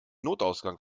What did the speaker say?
notausgang